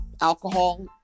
alcohol